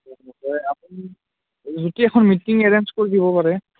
আপুনি এখন মিটিং এখন এৰেঞ্জ কৰি দিব পাৰে